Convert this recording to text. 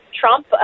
trump